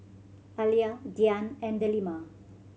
Alya Dian and Delima